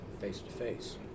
face-to-face